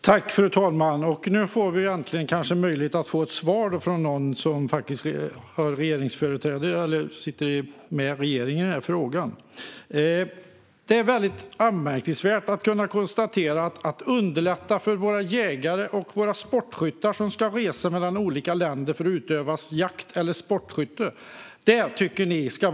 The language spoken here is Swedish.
Fru talman! Nu får vi kanske äntligen möjlighet att få ett svar från någon som företräder ett regeringsparti i frågan. Det är anmärkningsvärt att kunna konstatera att ni tycker att det ska vara oerhört krångligt för våra jägare och våra sportskyttar som ska resa mellan olika länder för att utöva jakt eller sportskytte. Det vill ni inte underlätta.